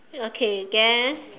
okay then